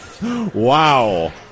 Wow